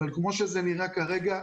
כמו שזה נראה כרגע,